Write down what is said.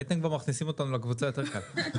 הייתם כבר מכניסים אותנו לקבוצה, יותר קל.